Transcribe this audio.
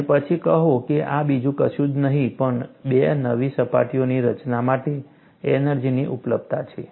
અને પછી કહો કે આ બીજું કશું જ નહીં પણ 2 નવી સપાટીઓની રચના માટે એનર્જીની ઉપલબ્ધતા છે